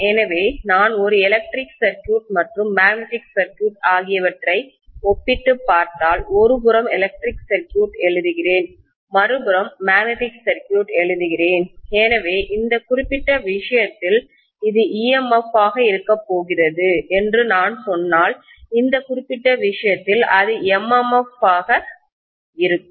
எனவே நான் ஒரு எலக்ட்ரிக் சர்க்யூட் மற்றும் மேக்னெட்டிக் சர்க்யூட் ஆகியவற்றை ஒப்பிட்டுப் பார்த்தால் ஒருபுறம் எலக்ட்ரிக் சர்க்யூட் எழுதுகிறேன் மறுபுறம் மேக்னெட்டிக் சர்க்யூட் எழுதுகிறேன் எனவே இந்த குறிப்பிட்ட விஷயத்தில் இது EMF ஆக இருக்கப்போகிறது என்று நான் சொன்னால் இந்த குறிப்பிட்ட விஷயத்தில் அது MMF ஆக இருக்கும்